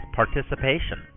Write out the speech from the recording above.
participation